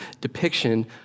depiction